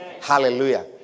Hallelujah